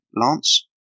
Lance